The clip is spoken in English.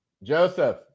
Joseph